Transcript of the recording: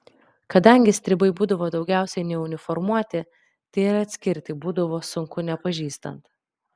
kadangi stribai būdavo daugiausiai neuniformuoti tai ir atskirti būdavo sunku nepažįstant